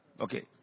Okay